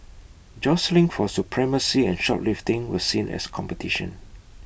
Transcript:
jostling for supremacy and shoplifting were seen as competition